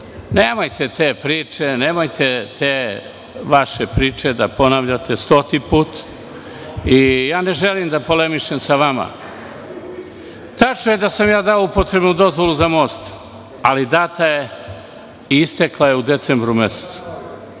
nemojte te priče, nemojte te vaše priče da ponavljate stoti put i ne želim da polemišem sa vama. Tačno je da sam ja dao upotrebnu dozvolu za most, ali data je i istekla je u decembru mesecu.